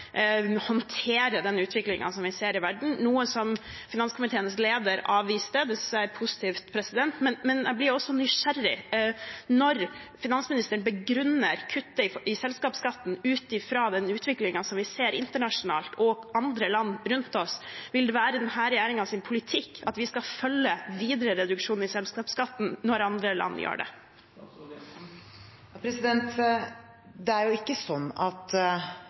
håndtere den utviklingen som vi ser i verden, noe som finanskomiteens leder avviste. Det synes jeg er positivt. Men jeg blir også nysgjerrig når finansministeren begrunner kuttet i selskapsskatten ut fra den utviklingen vi ser internasjonalt, i andre land rundt oss. Vil det være denne regjeringens politikk at vi skal følge videre reduksjon i selskapsskatten når andre land gjør det? Det er ikke slik at